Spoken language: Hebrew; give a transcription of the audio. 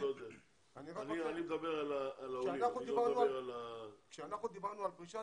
כשאנחנו דיברנו על פרישה,